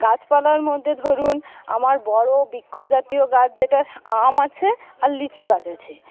গাছপালার মধ্যে ধরুন আমার বড়ো বৃক্ষজাতীয় গাছ যেটা আম আছে আর লিচু গাছ আছে